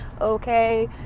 okay